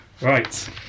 Right